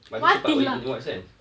mati cepat in in what sense